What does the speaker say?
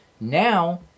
Now